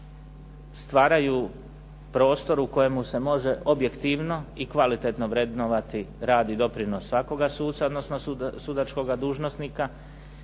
stvaraju prostor u kojemu se može objektivno i kvalitetno vrednovati radi doprinos svakoga suca, odnosno sudačkoga dužnosnika,